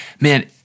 man